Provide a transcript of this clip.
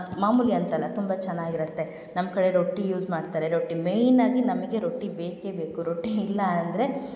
ಮಾಮೂಲಿ ಅಂತಲ್ಲ ತುಂಬ ಚೆನ್ನಾಗಿರತ್ತೆ ನಮ್ಮ ಕಡೆ ರೊಟ್ಟಿ ಯೂಸ್ ಮಾಡ್ತಾರೆ ರೊಟ್ಟಿ ಮೇಯ್ನಾಗಿ ನಮಗೆ ರೊಟ್ಟಿ ಬೇಕೇ ಬೇಕು ರೊಟ್ಟಿ ಇಲ್ಲ ಅಂದರೆ